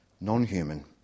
non-human